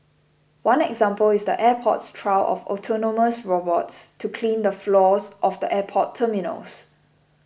one example is the airport's trial of autonomous robots to clean the floors of the airport terminals